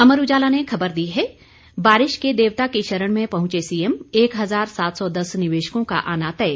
अमर उजाला ने खबर दी है बारिश के देवता की शरण में पहुंचे सीएम एक हजार सात सौ दस निवेशकों का आना तय